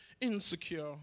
insecure